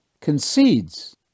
concedes